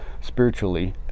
spiritually